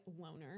loner